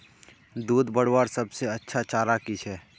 दूध बढ़वार सबसे अच्छा चारा की छे?